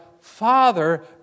Father